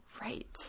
Right